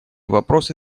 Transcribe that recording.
вопросы